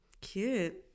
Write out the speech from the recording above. Cute